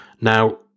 Now